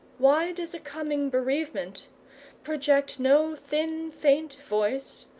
why does a coming bereavement project no thin faint voice,